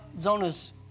Zona's